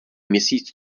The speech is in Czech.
měsíc